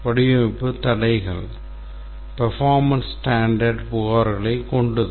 வடிவமைப்பு தடைகள் Performance standard புகார்களை கொண்டது